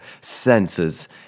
senses